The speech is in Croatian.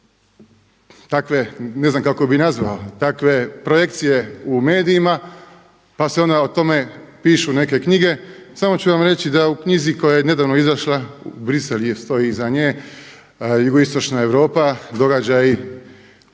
ne znam kako bih ih nazvao takve projekcije u medijima pa se onda o tome pišu neke knjige. Samo ću vam reći da u knjizi koja je nedavno izašla … stoji iza nje jugoistočna Europa događa,